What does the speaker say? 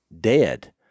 dead